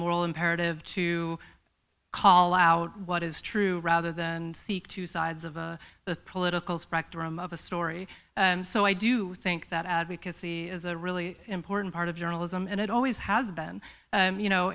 moral imperative to call out what is true rather than and seek two sides of the political spectrum of a story so i do think that advocacy is a really important part of journalism and it always has been you know